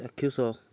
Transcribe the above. ଚାକ୍ଷୁଷ